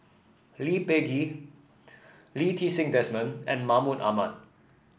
Lee Peh Gee Lee Ti Seng Desmond and Mahmud Ahmad